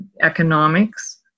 economics